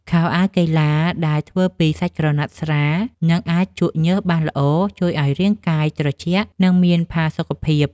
ខោអាវកីឡាដែលធ្វើពីសាច់ក្រណាត់ស្រាល និងអាចជក់ញើសបានល្អ ជួយឱ្យរាងកាយត្រជាក់ និងមានផាសុកភាព។